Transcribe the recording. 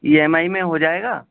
E M I میں ہو جائے گا